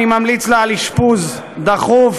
אני ממליץ לה על אשפוז דחוף,